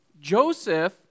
Joseph